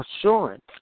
assurance